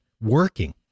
Working